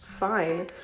fine